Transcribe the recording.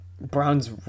Browns